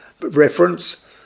reference